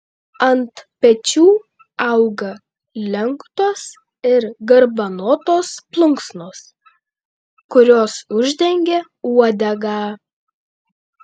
ant pečių auga lenktos ir garbanotos plunksnos kurios uždengia uodegą